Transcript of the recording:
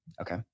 Okay